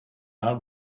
our